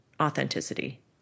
authenticity